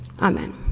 Amen